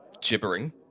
gibbering